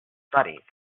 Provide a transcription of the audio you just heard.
studies